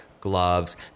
gloves